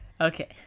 Okay